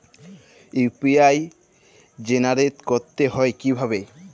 UPI generate করতে হয় কিভাবে?